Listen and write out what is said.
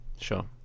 Sure